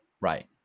Right